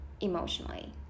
emotionally